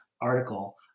article